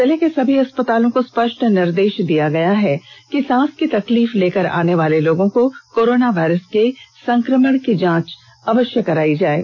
जिले के सभी अस्पतालों को स्पष्ट निर्देष दिया गया है कि सांस की तकलीफ लेकर आने वाले लोगों में कोरोना वायरस के संक्रमण की जांच अवष्य कराएं